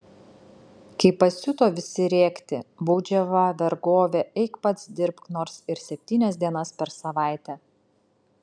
kai pasiuto visi rėkti baudžiava vergovė eik pats dirbk nors ir septynias dienas per savaitę